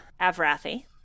Avrathi